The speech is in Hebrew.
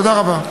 תודה רבה.